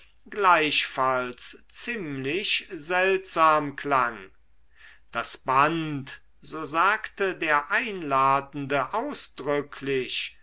gleichfalls ziemlich seltsam klang das band so sagte der einladende ausdrücklich